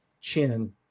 chin